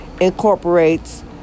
incorporates